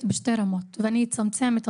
אני אגיד עוד